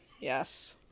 yes